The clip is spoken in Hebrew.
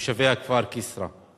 תושבי הכפר כסרא.